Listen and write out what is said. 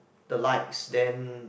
the lights then